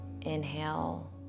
Inhale